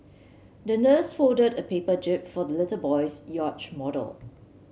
the nurse folded a paper jib for the little boy's yacht model